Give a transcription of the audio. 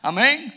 Amen